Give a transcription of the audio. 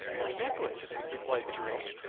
my necklace, replied the girl.